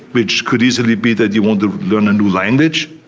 which could easily be that you want to learn a new language,